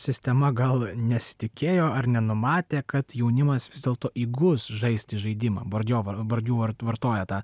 sistema gal nesitikėjo ar nenumatė kad jaunimas vis dėlto įgus žaisti žaidimą bordio bordiu var vartoja tą